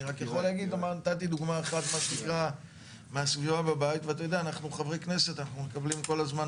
נתתי דוגמה ממה שיש לי בית וכחבר כנסת קבלתי